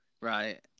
Right